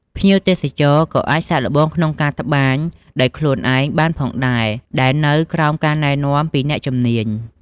ភ្ញៀវទេសចរណ៍ក៏អាចសាកល្បងក្នុងការត្បាញដោយខ្លួនឯងបានផងដែរ ដែលនៅក្រោមការណែនាំពីអ្នកជំនាញ។